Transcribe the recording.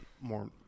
more